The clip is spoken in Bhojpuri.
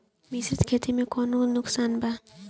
मिश्रित खेती से कौनो नुकसान बा?